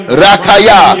rakaya